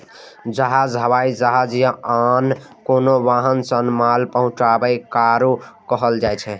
जहाज, हवाई जहाज या आन कोनो वाहन सं माल पहुंचेनाय कार्गो कहल जाइ छै